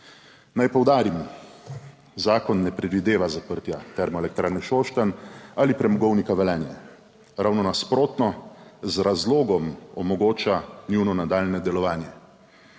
Naj poudarim, zakon ne predvideva zaprtja Termoelektrarne Šoštanj ali Premogovnika Velenje, ravno nasprotno, z razlogom omogoča njuno nadaljnje delovanje.